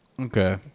Okay